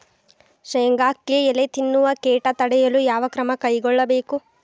ಶೇಂಗಾಕ್ಕೆ ಎಲೆ ತಿನ್ನುವ ಕೇಟ ತಡೆಯಲು ಯಾವ ಕ್ರಮ ಕೈಗೊಳ್ಳಬೇಕು?